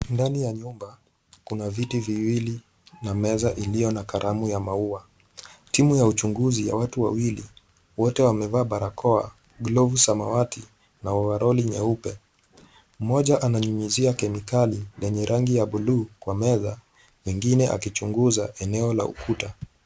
Ndani ya nyumba kuna viti viwili na meza iliyo na kalamu ya maua. Timu ya uchunguzi ya watu wawili, wote wamevaa barakoa, glavu za samawati na ovaroli nyeupe. Mmoja ananyunyuzia kemikali yenye rangi ya buluu kwa meza pengine akichunguza eneo la ukuta.